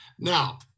Now